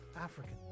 African